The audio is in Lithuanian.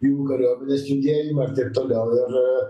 jų kariuomenės judėjimą ir taip toliau ir